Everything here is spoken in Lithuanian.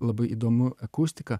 labai įdomu akustika